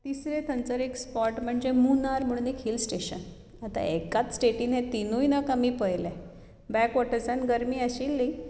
तिसरें थंयसर एक स्पॉट म्हणचे मूनार म्हणून एक हील स्टॅशन एकाच स्टॅटींत हे तिनूय नग आमी पळयले बॅकवॉटर्सांत गरमी आशिल्ली